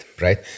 right